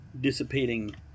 Dissipating